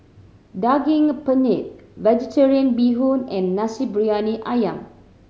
Daging Penyet Vegetarian Bee Hoon and Nasi Briyani Ayam